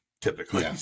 typically